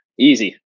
easy